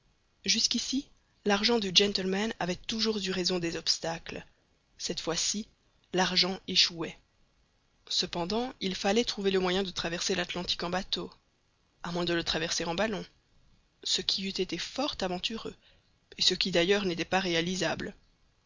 jusqu'ici l'argent du gentleman avait toujours eu raison des obstacles cette fois-ci l'argent échouait cependant il fallait trouver le moyen de traverser l'atlantique en bateau à moins de le traverser en ballon ce qui eût été fort aventureux et ce qui d'ailleurs n'était pas réalisable